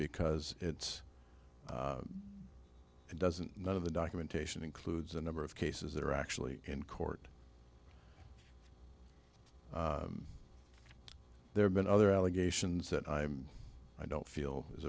because it's doesn't none of the documentation includes a number of cases that are actually in court there have been other allegations that i'm i don't feel is